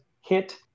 hit